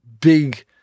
big